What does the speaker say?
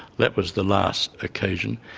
that was the last occasion.